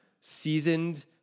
seasoned